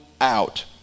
out